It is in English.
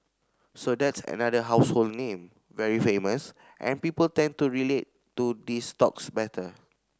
so that's another household name very famous and people tend to relate to these stocks better